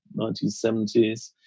1970s